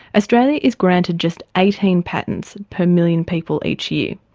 australia is granted just eighteen patents per million people each year.